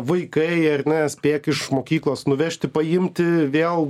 vaikai ar ne spėk iš mokyklos nuvežti paimti vėl